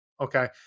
Okay